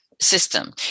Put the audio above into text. system